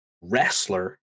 wrestler